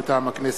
מטעם הכנסת: